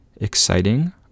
exciting